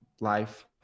life